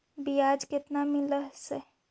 बियाज केतना मिललय से?